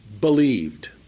believed